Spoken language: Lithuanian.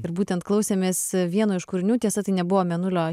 ir būtent klausėmės vieno iš kūrinių tiesa tai nebuvo mėnulio